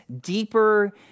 deeper